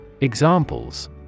Examples